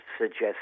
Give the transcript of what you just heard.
suggest